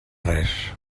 res